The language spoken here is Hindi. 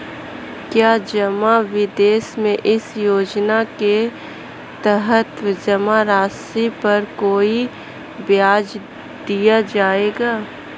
क्या जमा निवेश में इस योजना के तहत जमा राशि पर कोई ब्याज दिया जाएगा?